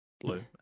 blue